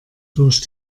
durch